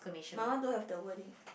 my one don't have the wording